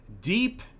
deep